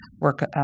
work